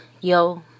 yo